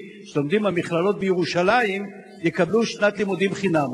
שלומדים במכללות בירושלים יקבלו שנת לימודים חינם.